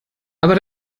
aber